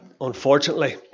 unfortunately